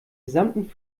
gesamten